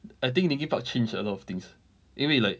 I think linkin park change a lot of things 因为 like